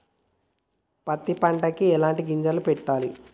పత్తి పంటకి ఎలాంటి గింజలు పెట్టాలి?